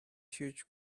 huge